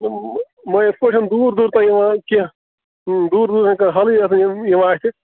وۅنۍ یِتھٕ پٲٹھٮ۪ن دوٗر دوٗر تانۍ یِوان کیٚنٛہہ دوٗر دوٗر چھِنہٕ کانٛہہ حلٕے یِوان اَتھِ